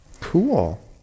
cool